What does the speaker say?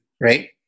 right